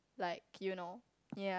like you know yeah